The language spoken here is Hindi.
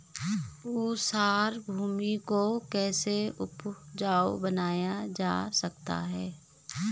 ऊसर भूमि को कैसे उपजाऊ बनाया जा सकता है?